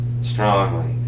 strongly